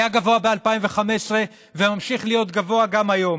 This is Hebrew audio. היה גבוה ב-2015 וממשיך להיות גבוה גם היום.